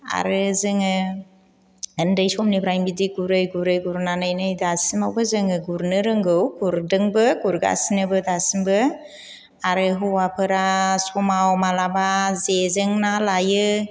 आरो जोङो उन्दै समनिफ्रायनो बिदि गुरै गुरै गुरनानै नै दासिमावबो जोङो गुरनो रोंगौ गुरदोंबो गुरगासिनोबो दासिमबो आरो हौवाफोरा समाव मालाबा जेजों ना लायो